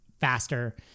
faster